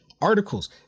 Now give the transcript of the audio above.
articles